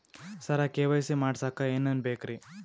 ಸರ KYC ಮಾಡಸಕ್ಕ ಎನೆನ ಬೇಕ್ರಿ?